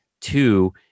Two